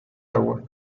agua